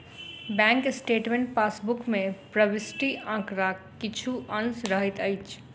bank statement passbook मे प्रविष्ट आंकड़ाक किछु अंश रहैत अछि